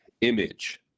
image